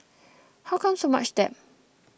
how come so much debt